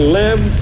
live